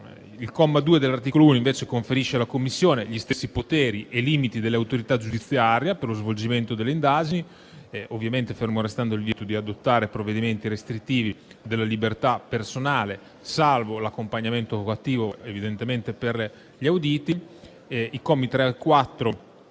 Il comma 2 dell'articolo 1, invece, conferisce alla Commissione gli stessi poteri e i limiti delle autorità giudiziarie nello svolgimento delle indagini, ovviamente fermo restando il divieto di adottare provvedimenti restrittivi della libertà personale, salvo l'accompagnamento coattivo degli auditi. I commi 3 e 4